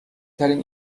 ترین